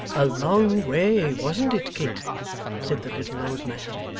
a long way, wasn't it, kit said the little old man.